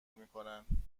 میکنند